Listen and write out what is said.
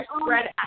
spread